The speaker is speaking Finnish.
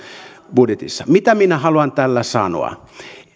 budjetissa mitä minä haluan tällä sanoa